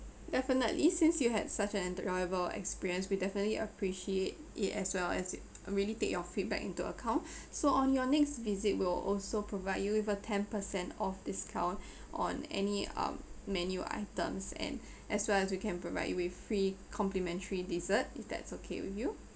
definitely since you had such an enjoyable experience we definitely appreciate it as well as we really take your feedback into account so on your next visit will also provide you with a ten percent off discount on any um menu items and as well as we can provide you with free complimentary dessert if that's okay with you